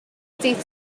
dydd